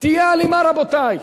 תהיה אלימה, רבותי.